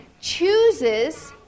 chooses